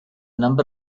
number